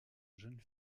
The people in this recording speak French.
jeunes